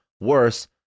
worse